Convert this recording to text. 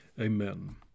Amen